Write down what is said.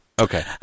Okay